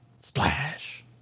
Splash